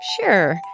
Sure